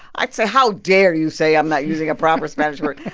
i'd say, how dare you say i'm not using a proper spanish word?